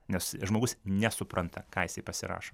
nes žmogus nesupranta ką jisai pasirašo